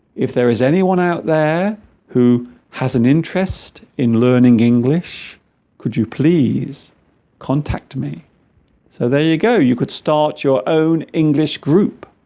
if there is anyone out there who has an interest in learning english could you please contact me so there you go you could start your own english group